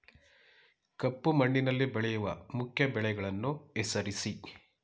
ಕಪ್ಪು ಮಣ್ಣಿನಲ್ಲಿ ಬೆಳೆಯುವ ಮುಖ್ಯ ಬೆಳೆಗಳನ್ನು ಹೆಸರಿಸಿ